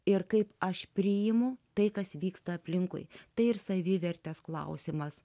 ir kaip aš priimu tai kas vyksta aplinkui tai ir savivertės klausimas